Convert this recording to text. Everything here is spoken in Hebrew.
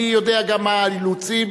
אני גם יודע מה האילוצים.